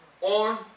on